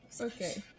Okay